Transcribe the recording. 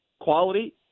quality